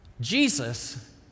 Jesus